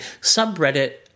subreddit